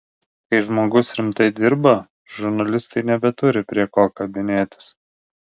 kai žmogus rimtai dirba žurnalistai nebeturi prie ko kabinėtis